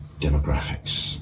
demographics